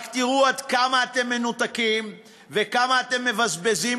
רק תראו עד כמה אתם מנותקים ועד כמה אתם מבזבזים